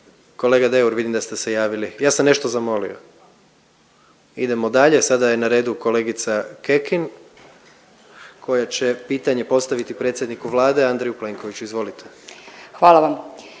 kolega Deur vidim da ste se javili. Ja sam nešto zamolio. **Jandroković, Gordan (HDZ)** Idemo dalje, sada je na redu kolegica Kekin koja će pitanje postaviti predsjedniku Vlade Andreju Plenkoviću. Izvolite. **Kekin,